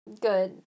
good